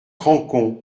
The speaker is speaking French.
rancon